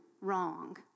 wrong